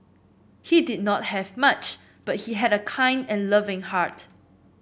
he did not have much but he had a kind and loving heart